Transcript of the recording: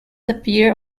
appear